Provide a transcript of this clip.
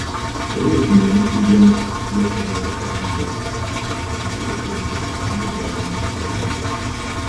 praėjusį mėnesį vienas jav evangelikų pastorius floridoje surengė korano deginimo ceremoniją